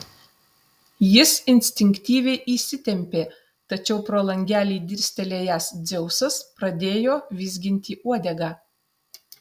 jis instinktyviai įsitempė tačiau pro langelį dirstelėjęs dzeusas pradėjo vizginti uodegą